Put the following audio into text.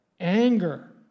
Anger